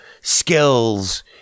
skills